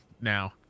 now